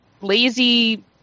lazy